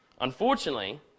Unfortunately